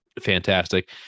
fantastic